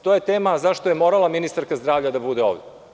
To je tema – zašto je morala ministarka zdravlja da bude ovde.